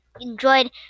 enjoyed